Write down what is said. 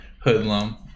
hoodlum